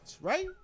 right